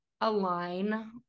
align